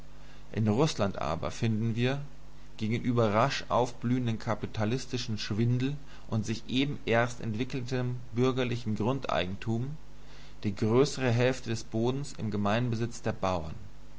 in rußland aber finden wir gegenüber rasch aufblühendem kapitalistischen schwindel und sich eben erst entwickelndem bürgerlichen grundeigentum die größere hälfte des bodens im gemeinbesitz der bauern